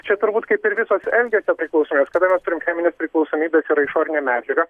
čia turbūt kaip ir visos elgesio priklausomybės kada mes turim chemines priklausomybes yra išorinė medžiaga